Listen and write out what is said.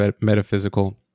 metaphysical